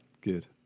Good